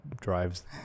drives